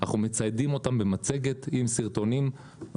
אנחנו מציידים אותם במצגת עם סרטונים.